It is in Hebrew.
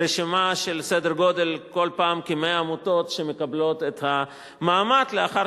יש כל פעם רשימה בסדר-גודל של כ-100 עמותות שמקבלות את המעמד לאחר